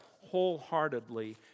wholeheartedly